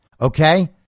Okay